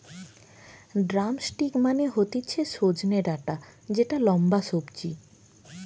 drumstick মানে হতিছে সজনে ডাটা যেটা লম্বা সবজি